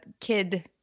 kid